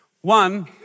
One